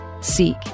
seek